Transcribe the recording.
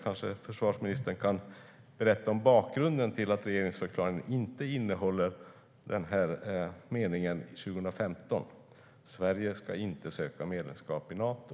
Kanske försvarsministern kan berätta om bakgrunden till att regeringsförklaringen 2015 inte innehåller någon mening om att Sverige inte ska söka medlemskap i Nato?